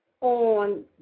on